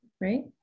right